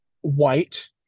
White